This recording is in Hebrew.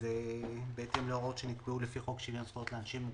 ככל שזו ההחלטה שהתקבלה.